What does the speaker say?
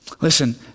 Listen